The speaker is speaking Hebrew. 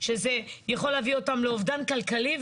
שזה יכול להביא אותם לאובדן כלכלי,